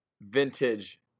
vintage